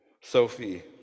Sophie